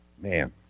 man